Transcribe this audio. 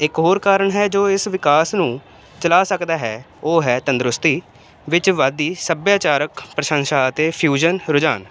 ਇੱਕ ਹੋਰ ਕਾਰਨ ਹੈ ਜੋ ਇਸ ਵਿਕਾਸ ਨੂੰ ਚਲਾ ਸਕਦਾ ਹੈ ਉਹ ਹੈ ਤੰਦਰੁਸਤੀ ਵਿੱਚ ਵੱਧਦੀ ਸੱਭਿਆਚਾਰਕ ਪ੍ਰਸ਼ੰਸ਼ਾ ਅਤੇ ਫਿਊਜ਼ਨ ਰੁਝਾਨ